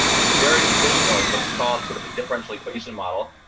it's very traditional, as what's called sort of a differential equation model.